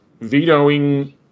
vetoing